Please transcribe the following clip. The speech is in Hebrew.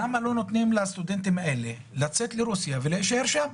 למה לא נותנים לסטודנטים האלה לצאת לרוסיה ולהישאר שם?